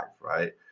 right